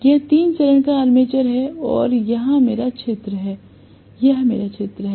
यह तीन चरण का आर्मेचर है और यहां मेरा क्षेत्र है इसलिए यह क्षेत्र है